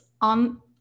on